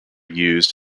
used